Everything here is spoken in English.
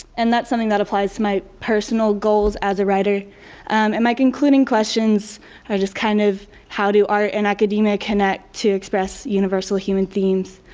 and that's something that applies to my personal goals as a writer and my concluding questions are just kind of how do art and academia connect to express universal human themes